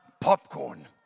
popcorn